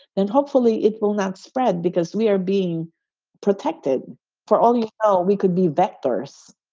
then hopefully it will not spread because we are being protected for all. yeah oh, we could be vectors.